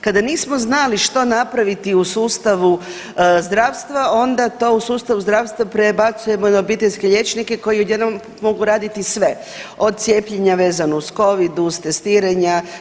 Kada nismo znali što napraviti u sustavu zdravstva onda to u sustavu zdravstva prebacujemo na obiteljske liječnike koji odjednom mogu raditi sve od cijepljenja vezano uz covid, uz testiranja.